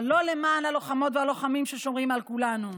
אבל לא למען הלוחמות והלוחמים ששומרים על כולנו.